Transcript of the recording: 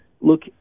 Look